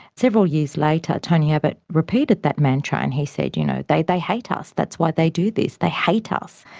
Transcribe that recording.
several years later, tony abbott repeated that mantra and he said, you know they they hate us, that's why they do this. they hate us.